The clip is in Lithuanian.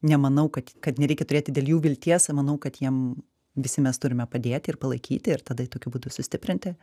nemanau kad kad nereikia turėti dėl jų vilties ir manau kad jiem visi mes turime padėti ir palaikyti ir tada tokiu būdu sustiprinti